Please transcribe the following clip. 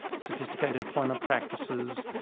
sophisticated employment practices.